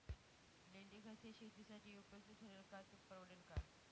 लेंडीखत हे शेतीसाठी उपयुक्त ठरेल का, ते परवडेल का?